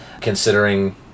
considering